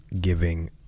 giving